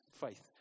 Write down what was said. faith